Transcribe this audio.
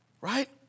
right